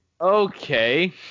Okay